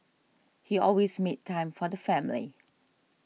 he always made time for the family